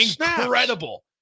incredible